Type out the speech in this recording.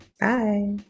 Bye